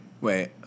wait